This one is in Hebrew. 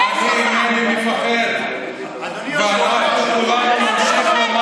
מזמן מפחד, אתה המנהיג של הדיקטטורה.